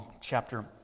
chapter